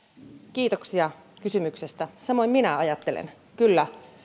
kiitoksia kysymyksestä samoin minä ajattelen kyllä